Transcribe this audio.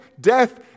death